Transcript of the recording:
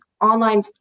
online